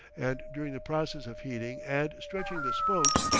and during the process of heating and stretching the spokes,